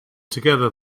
together